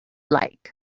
like